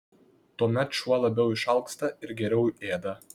tuomet šuo labiau išalksta ir geriau ėda